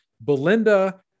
Belinda